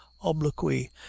obloquy